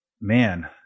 man